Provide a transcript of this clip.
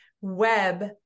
web